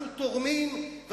אנחנו תורמים,